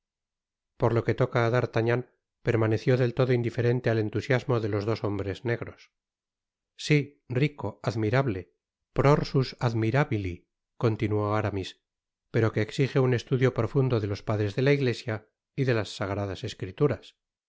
por lo que toca á d'artagnan permaneció del todo indiferente al eniusias mo de los dos hombres negros sí rico admirable prorsus admirahili continuó aramis pero que exige un estudio profundo de los padrts de la iglesia y de las sagradas escrituras